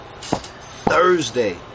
Thursday